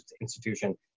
institution